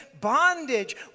bondage